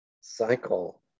cycle